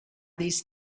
these